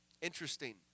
Interesting